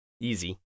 easy